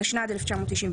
התשנ״ד-1994,